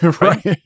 right